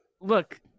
Look